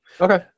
Okay